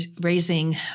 raising